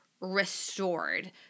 restored